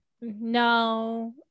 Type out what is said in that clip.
no